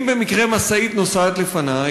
אם במקרה משאית נוסעת לפני,